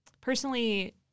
personally